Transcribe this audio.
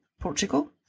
Portugal